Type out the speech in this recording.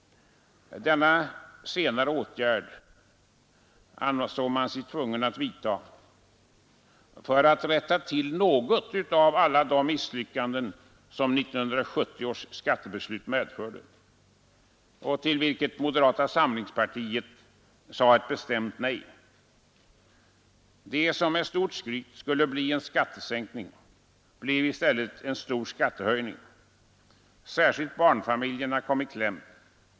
Denna åtgärd ansåg man sig tvungen att vidta för att rätta till något av alla de misslyckanden som 1970 års skattebeslut medförde, till vilket moderata samlingspartiet sade ett bestämt nej. Det som med stort skryt skulle bli en skattesänkning blev i stället en stor skattehöjning. Särskilt barnfamiljerna kom i kläm.